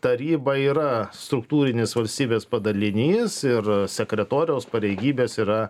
taryba yra struktūrinis valstybės padalinys ir sekretoriaus pareigybės yra